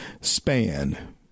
span